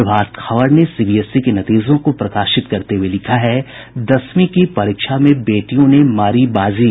प्रभात खबर ने सीबीएसई के नतीजों को प्रकाशित करते हुये लिखा है दसवीं की परीक्षा में बेटियों ने मारी बाजी